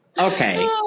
okay